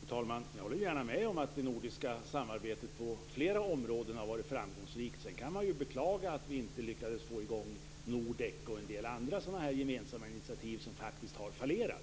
Fru talman! Jag håller gärna med om att det nordiska samarbetet på flera områden har varit framgångsrikt. Man kan sedan beklaga att vi inte lyckats få igenom Nordek och en del andra gemensamma initiativ som faktiskt har fallerat.